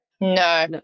No